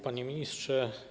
Panie Ministrze!